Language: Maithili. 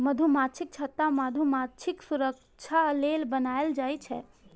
मधुमाछीक छत्ता मधुमाछीक सुरक्षा लेल बनाएल जाइ छै